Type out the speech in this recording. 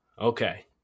Okay